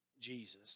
Jesus